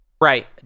Right